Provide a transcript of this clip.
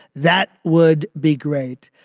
that would be great.